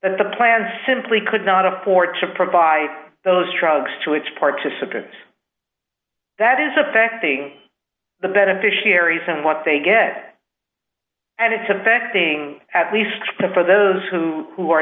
that the plan simply could not afford to provide those drugs to its participants that is affecting the beneficiaries and what they get and it's affecting at least for those who